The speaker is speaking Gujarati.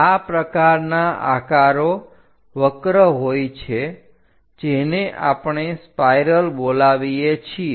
આ પ્રકારના આકારો વક્ર હોય છે જેને આપણે સ્પાઇરલ બોલાવીએ છીએ